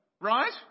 right